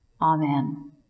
Amen